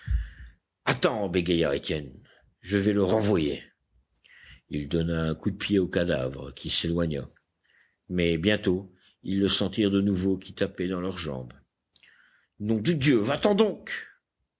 bégaya étienne je vais le renvoyer il donna un coup de pied au cadavre qui s'éloigna mais bientôt ils le sentirent de nouveau qui tapait dans leurs jambes nom de dieu va-t-en donc